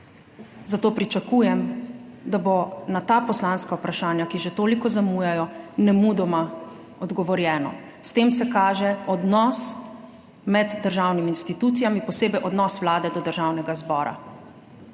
Zato pričakujem, da bo na ta poslanska vprašanja, ki že toliko zamujajo, nemudoma odgovorjeno. S tem se kaže odnos med državnimi institucijami, posebej odnos Vlade do Državnega zbora.